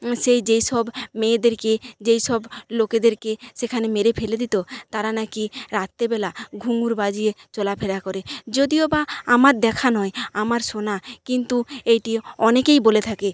সেই যেই সব মেয়েদেরকে যেই সব লোকেরদেরকে সেখানে মেরে ফেলে দিতো তারা না কি রাত্রেবেলা ঘুঙুর বাজিয়ে চলাফেরা করে যদিও বা আমার দেখা নয় আমার শোনা কিন্তু এটি অনেকেই বলে থাকে